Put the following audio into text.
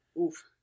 Oof